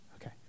okay